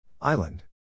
Island